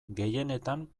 gehienetan